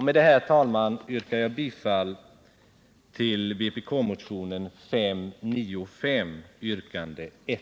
Med detta, herr talman, yrkar jag bifall till vpk-motionen 595, yrkandet